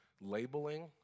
labeling